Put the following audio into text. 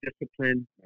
discipline